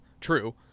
true